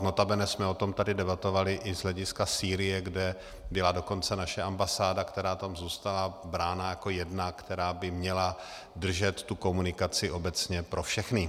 Notabene jsme o tom tady debatovali i z hlediska Sýrie, kde byla dokonce naše ambasáda, která tam zůstala, brána jako jedna, která by měla držet tu komunikaci obecně pro všechny.